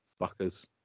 Fuckers